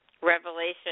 Revelation